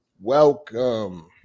Welcome